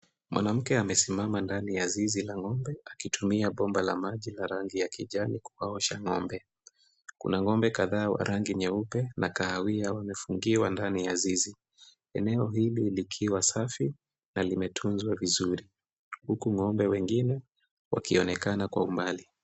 Mwanamke amesimama ndani ya zizi la ng'ombe akitumia bomba la maji la rangi ya kijani kuwaosha ng'ombe. Kuna ng'ombe kadhaa wa rangi nyeupe na kahawia wamefungiwa ndani ya zizi. Eneo hili likiwa safi na limetunzwa vizuri huku ng'ombe wengine wakionekana kwa umbali.